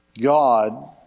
God